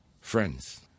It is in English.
Friends